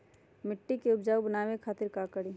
मिट्टी के उपजाऊ बनावे खातिर का करी?